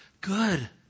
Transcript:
Good